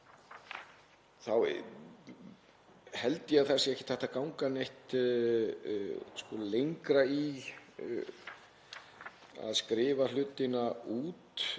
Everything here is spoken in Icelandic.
þá held ég að það sé ekkert hægt að ganga neitt lengra í að skrifa hlutina út.